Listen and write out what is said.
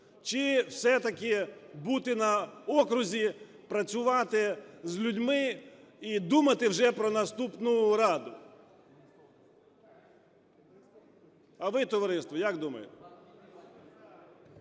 чи все-таки бути на окрузі, працювати з людьми і думати вже про наступну Раду? А ви, товариство, як думаєте?